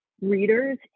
readers